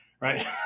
Right